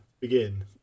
Begin